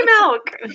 milk